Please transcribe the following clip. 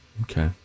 Okay